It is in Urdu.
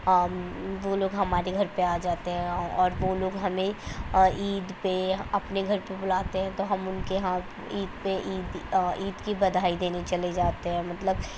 وہ لوگ ہمارے گھر پہ آ جاتے ہیں اور وہ لوگ ہمیں عید پہ اپنے گھر پہ بلاتے ہیں تو ہم ان کے یہاں عید پہ عید عید کی بدھائی دینے چلے جاتے ہیں مطلب